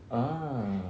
ah